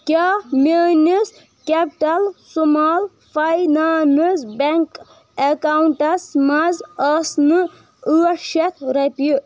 کیاہ میٛٲنِس capital small finance bank accounts منٛز ٲسۍ نہٟ ٲٹھ شیٚتھ رۄپیہِ